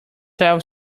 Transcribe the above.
twelve